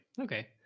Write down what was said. Okay